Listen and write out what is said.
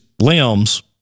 limbs